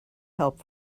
help